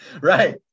right